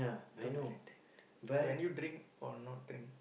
don't be like that when you drink or not drink